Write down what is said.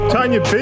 Tanya